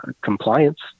compliance